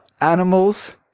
Animals